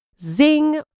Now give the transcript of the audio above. Zing